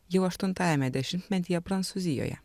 jau aštuntajame dešimtmetyje prancūzijoje